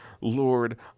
Lord